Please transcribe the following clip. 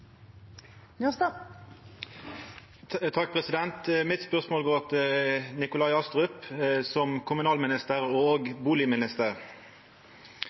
Mitt spørsmål går til Nikolai Astrup, som kommunalminister og